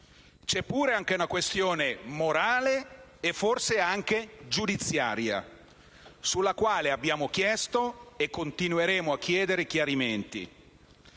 c'è pure una questione morale e forse anche giudiziaria, sulla quale abbiamo chiesto e continueremo a chiedere chiarimenti.